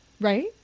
Right